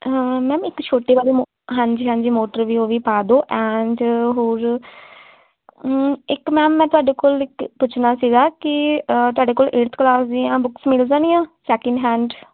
ma'am ਇੱਕ ਛੋਟੀ ਵਾਲੀ ਮੋ ਹਾਂਜੀ ਹਾਂਜੀ ਮੋਟਰ ਵੀ ਉਹ ਵੀ ਪਾ ਦਿਓ ਐਂਡ ਹੋਰ ਇੱਕ ਮੈਮ ਮੈਂ ਤੁਹਾਡੇ ਕੋਲ ਇੱਕ ਪੁੱਛਣਾ ਸੀਗਾ ਕਿ ਤੁਹਾਡੇ ਕੋਲ ਏਟਥ ਕਲਾਸ ਦੀਆਂ ਬੁੱਕਸ ਮਿਲ ਜਾਣੀਆਂ ਸੈਕਿੰਡ ਹੈਂਡ